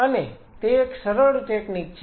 અને તે એક સરળ ટેકનીક છે